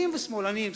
חילונים ושמאלנים,